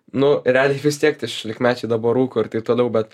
nu realiai vis tiek tie šešiolikmečiai dabar rūko ir taip toliau bet